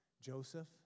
Joseph